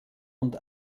und